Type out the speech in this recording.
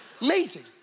Amazing